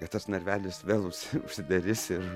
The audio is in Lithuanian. ir tas narvelis vėl užsidarys ir